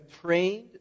trained